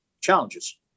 challenges